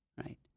right